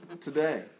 today